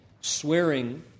swearing